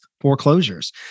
foreclosures